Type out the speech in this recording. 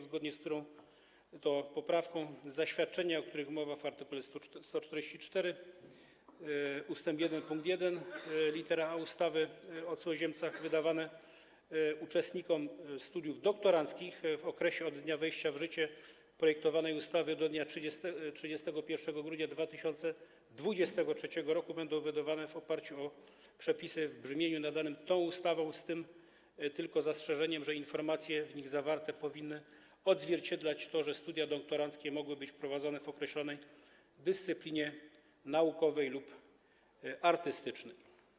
Zgodnie z tą poprawką zaświadczenia, o których mowa w art. 144 ust. 1 pkt 1 lit. a ustawy o cudzoziemcach, wydawane uczestnikom studiów doktoranckich w okresie od dnia wejścia w życie projektowanej ustawy do dnia 31 grudnia 2023 r. będą wydawane w oparciu o przepisy w brzmieniu nadanym tą ustawą z tym tylko zastrzeżeniem, że informacje w nich zawarte powinny odzwierciedlać to, że studia doktoranckie mogą być prowadzone w określonej dyscyplinie naukowej lub artystycznej.